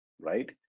right